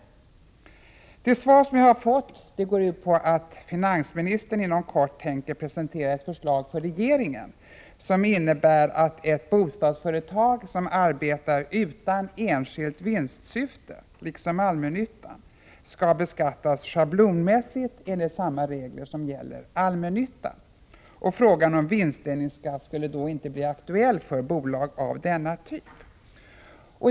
Det svar jag har fått går ut på att finansministern inom kort tänker presentera ett förslag för regeringen som innebär att ett bostadsföretag som arbetar utan enskilt vinstsyfte, liksom allmännyttan, skall beskattas schablonmässigt enligt samma regler som gäller allmännyttan. Frågan om vinstdelningsskatt skulle då inte bli aktuell för bolag av denna typ.